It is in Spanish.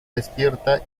despierta